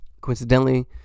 coincidentally